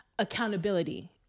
accountability